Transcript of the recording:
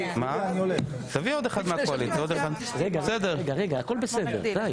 הכול בסדר.